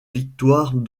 victoire